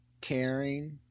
caring